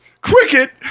Cricket